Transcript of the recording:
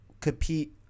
compete